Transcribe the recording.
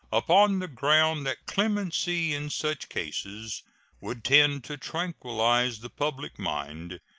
upon the ground that clemency in such cases would tend to tranquilize the public mind,